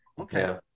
okay